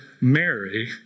Mary